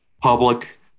Public